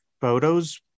photos